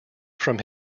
from